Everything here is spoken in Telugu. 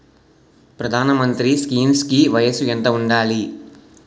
ప్రధాన మంత్రి స్కీమ్స్ కి వయసు ఎంత ఉండాలి?